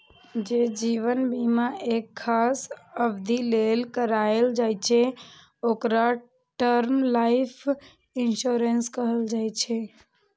जे जीवन बीमा एक खास अवधि लेल कराएल जाइ छै, ओकरा टर्म लाइफ इंश्योरेंस कहल जाइ छै